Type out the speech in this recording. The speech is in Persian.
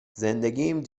زندگیم